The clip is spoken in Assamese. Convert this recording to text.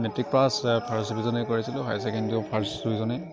মেট্ৰিক পাছ ফাৰ্ষ্ট ডিভিজনেই কৰিছিলোঁ হায়াৰ ছেকেণ্ডাৰীও ফাৰ্ষ্ট ডিভিজনেই